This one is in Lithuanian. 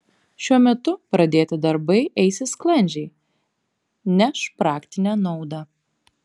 šiuo metu pradėti darbai eisis sklandžiai neš praktinę naudą